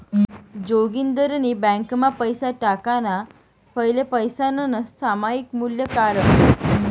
जोगिंदरनी ब्यांकमा पैसा टाकाणा फैले पैसासनं सामायिक मूल्य काढं